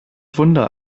wunder